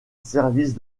service